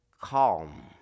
calm